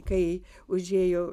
kai užėjo